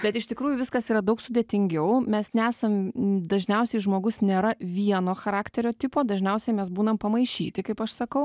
bet iš tikrųjų viskas yra daug sudėtingiau mes nesam m dažniausiai žmogus nėra vieno charakterio tipo dažniausiai mes būnam pamaišyti kaip aš sakau